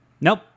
Nope